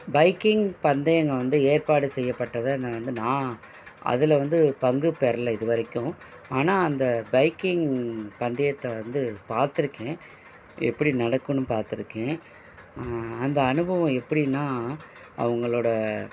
biking பந்தயங்க வந்து ஏற்பாடு செய்யப்பட்டதை நான் வந்து நான் அதில் வந்து பங்குப்பெறல இது வரைக்கும் ஆனால் அந்த பைக்கிங் பந்தயத்தை வந்து பார்த்துருக்கேன் எப்படி நடக்குன்னு பார்த்துருக்கேன் அந்த அனுபவம் எப்படின்னா அவங்களோட